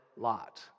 lot